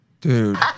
Dude